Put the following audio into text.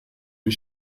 die